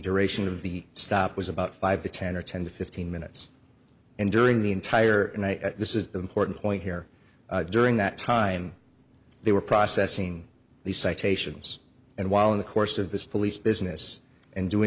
duration of the stop was about five to ten or ten to fifteen minutes and during the entire night this is the important point here during that time they were processing the citations and while in the course of this police business and doing